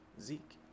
zeke